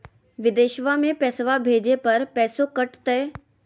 बिदेशवा मे पैसवा भेजे पर पैसों कट तय?